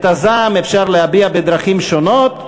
את הזעם אפשר להביע בדרכים שונות,